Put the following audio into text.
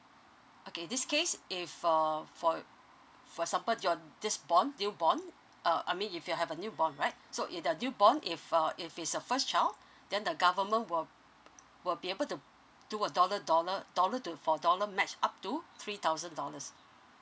okay this case if for for for support your this born newborn uh I mean if you have a newborn right so in the newborn if uh if it's a first child then the government will will be able to do a dollar dollar dollar to for dollar match up to three thousand dollars